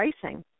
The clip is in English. pricing